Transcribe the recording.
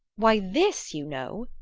why this, you know,